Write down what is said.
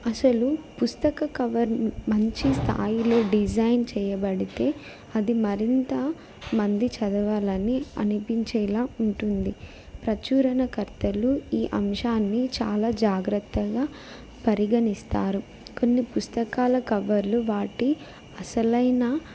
అసలు పుస్తక కవర్ మంచి స్థాయిలో డిజైన్ చేయబడితే అది మరింత మంది చదవాలని అనిపించేలా ఉంటుంది ప్రచురణ కర్తలు ఈ అంశాన్ని చాలా జాగ్రత్తగా పరిగణిస్తారు కొన్ని పుస్తకాల కవర్లు వాటి అసలైన